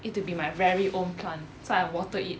it to be my very own plant so I water it